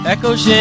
Echoes